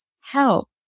help